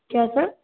क्या सर